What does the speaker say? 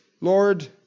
Lord